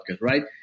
right